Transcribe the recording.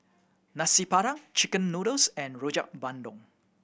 Nasi Padang chicken noodles and Rojak Bandung